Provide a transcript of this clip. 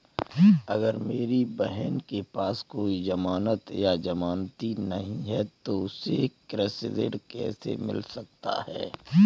अगर मेरी बहन के पास कोई जमानत या जमानती नहीं है तो उसे कृषि ऋण कैसे मिल सकता है?